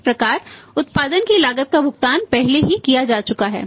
इस प्रकार उत्पादन की लागत का भुगतान पहले ही किया जा चुका है